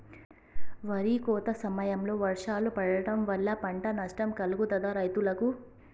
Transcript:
వరి కోత సమయంలో వర్షాలు పడటం వల్ల పంట నష్టం కలుగుతదా రైతులకు?